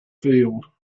field